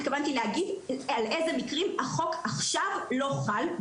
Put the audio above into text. התכוונתי להגיד על איזה מקרים החוק עכשיו לא חל.